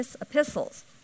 epistles